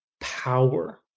power